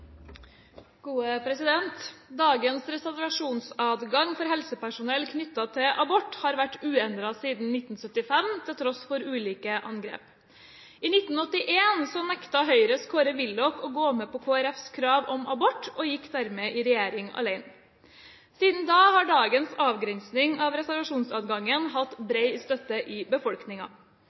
Dagens reservasjonsadgang for helsepersonell knyttet til abort har vært uendret siden 1975, til tross for ulike angrep. I 1981 nektet Høyres Kåre Willoch å gå med på Kristelig Folkepartis krav om abort og gikk dermed i regjering alene. Siden da har dagens avgrensing av reservasjonsadgangen hatt bred støtte i